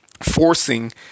forcing